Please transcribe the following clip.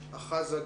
הארצית.